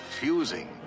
fusing